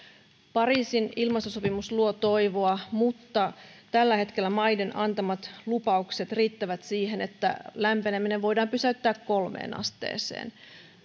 pariisin ilmastosopimus luo toivoa mutta tällä hetkellä maiden antamat lupaukset riittävät siihen että lämpeneminen voidaan pysäyttää kolmeen asteeseen